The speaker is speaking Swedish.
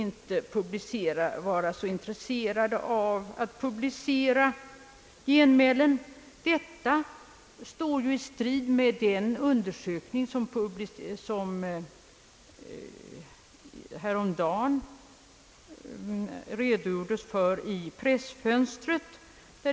Detta står ju i strid med den undersökning som häromdagen refererades i pressfönstret i TV.